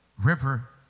river